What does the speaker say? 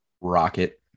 Rocket